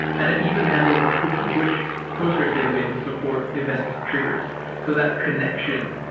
and it even handles subscriptions, which postgres databases support event triggers so that connection,